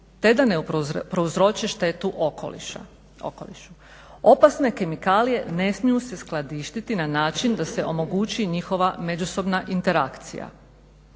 te da ne prouzroče štetu okolišu. Opasne kemikalije ne smiju se skladištiti na način da se omogući njihova međusobna interakcija.